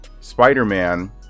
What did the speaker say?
spider-man